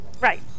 Right